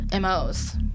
MOs